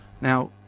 Now